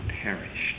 perished